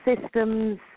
systems